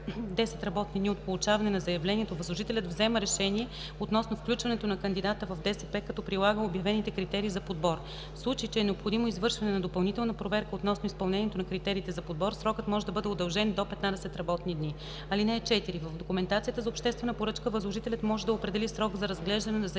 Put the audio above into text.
10 работни дни от получаване на заявлението възложителят взема решение относно включването на кандидата в ДСП, като прилага обявените критерии за подбор. В случай че е необходимо извършване на допълнителна проверка относно изпълнението на критериите за подбор, срокът може да бъде удължен до 15 работни дни. (4) В документацията за обществена поръчка възложителят може да определи срок за разглеждане на заявления,